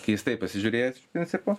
keistai pasižiūrėjęs iš principo